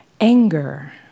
anger